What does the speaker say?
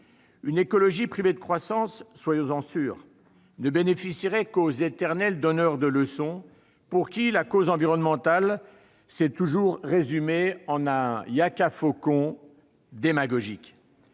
Une écologie privée de croissance, soyons-en sûrs, ne bénéficierait qu'aux éternels donneurs de leçons pour qui la cause environnementale s'est toujours résumée en un « yakafokon » démagogique.